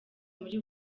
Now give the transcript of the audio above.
muri